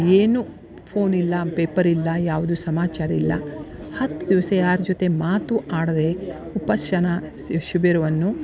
ಏನೂ ಫೋನ್ ಇಲ್ಲ ಪೇಪರ್ ಇಲ್ಲ ಯಾವುದೂ ಸಮಾಚಾರ ಇಲ್ಲ ಹತ್ತು ದಿವಸ ಯಾರ ಜೊತೆ ಮಾತೂ ಆಡದೆ ವಿಪಶ್ಶನ ಸಿ ಶಿಬಿರವನ್ನು